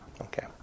Okay